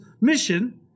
mission